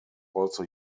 also